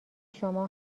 شما